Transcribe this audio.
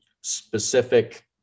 specific